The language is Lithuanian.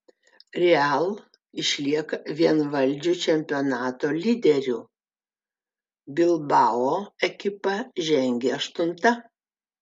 real išlieka vienvaldžiu čempionato lyderiu bilbao ekipa žengia aštunta